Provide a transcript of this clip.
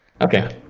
Okay